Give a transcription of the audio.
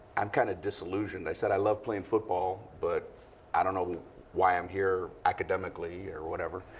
i'm kind of disillusioned. i said, i love playing football. but i don't know why i'm here academically or whatever.